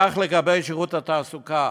כך גם לגבי שירות התעסוקה.